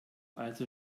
also